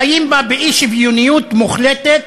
חיים בה באי-שוויוניות מוחלטת